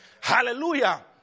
hallelujah